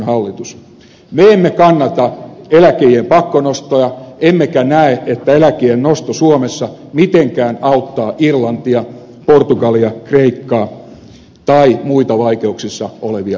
me emme kannata eläkeiän pakkonostoja emmekä näe että eläkeiän nosto suomessa mitenkään auttaa irlantia portugalia kreikkaa tai muita vaikeuksissa olevia maita